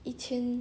一千